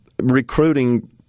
recruiting